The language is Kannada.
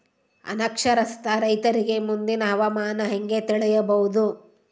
ಅನಕ್ಷರಸ್ಥ ರೈತರಿಗೆ ಮುಂದಿನ ಹವಾಮಾನ ಹೆಂಗೆ ತಿಳಿಯಬಹುದು?